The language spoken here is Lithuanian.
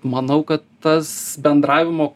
manau kad tas bendravimo